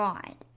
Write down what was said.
God